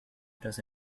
otras